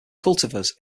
cultivars